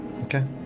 Okay